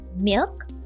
milk